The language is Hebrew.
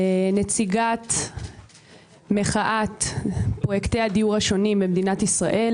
נציגת מחאת פרויקטי הדיור השונים במדינת ישראל,